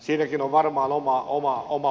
siinäkin on varmaan oma pointtinsa